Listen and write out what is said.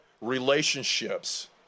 relationships